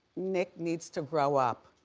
nick needs to grow up.